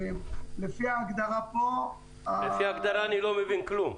לפי ההגדרה פה --- לפי ההגדרה אני לא מבין כלום.